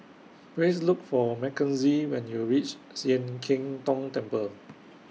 Please Look For Mackenzie when YOU REACH Sian Keng Tong Temple